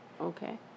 Okay